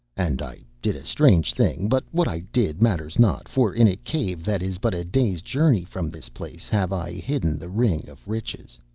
and i did a strange thing, but what i did matters not, for in a cave that is but a day's journey from this place have, i hidden the ring of riches.